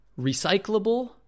recyclable